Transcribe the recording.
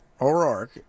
O'Rourke